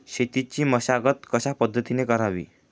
शेतीची मशागत कशापद्धतीने करावी?